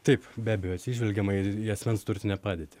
taip be abejo atsižvelgiama į asmens turtinę padėtį